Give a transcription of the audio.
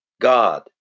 God